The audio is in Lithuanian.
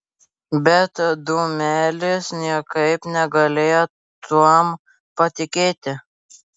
bet dūmelis niekaip negalėjo tuom patikėti